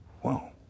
wow